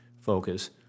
focus